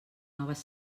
noves